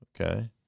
Okay